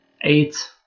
eight